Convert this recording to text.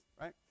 right